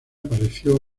apareció